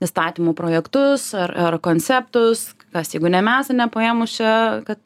įstatymų projektus arar konceptus kas jeigu ne mes ane paėmus čia kad